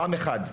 עם אחד.